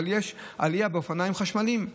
אבל יש עלייה בתאונות דרכים באופניים חשמליים.